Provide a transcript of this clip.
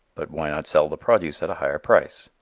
but why not sell the produce at a higher price?